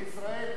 בישראל,